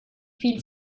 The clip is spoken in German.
viel